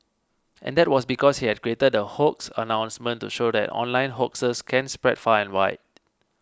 and that was because he had created the hoax announcement to show that online hoaxes can spread far and wide